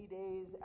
days